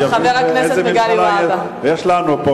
שיבין איזה ממשלה יש לנו פה,